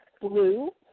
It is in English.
blue